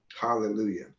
hallelujah